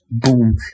boom